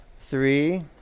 three